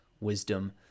wisdom